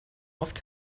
oft